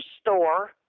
store